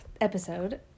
episode